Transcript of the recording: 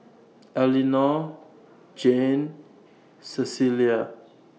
Elinore Jane Cecilia